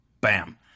bam